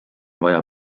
vaja